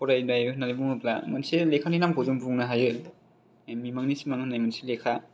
फरायनाय होननानै बुङोब्ला मोनसे लेखानि नामखौ जों बुंनो हायो मिमांनि सिमां होननाय मोनसे लेखा